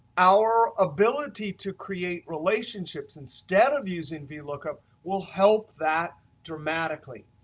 our ability to create relationships instead of using vlookup will help that dramatically.